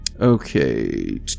okay